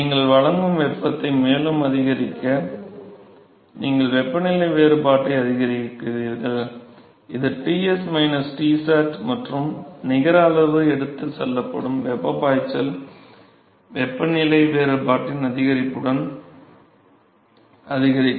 நீங்கள் வழங்கும் வெப்பத்தை மேலும் அதிகரிக்க நீங்கள் வெப்பநிலை வேறுபாட்டை அதிகரிக்கிறீர்கள் இது Ts Tsat மற்றும் நிகர அளவு எடுத்துச் செல்லப்படும் வெப்பப் பாய்ச்சல் வெப்பநிலை வேறுபாட்டின் அதிகரிப்புடன் அதிகரிக்கும்